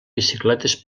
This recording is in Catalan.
bicicletes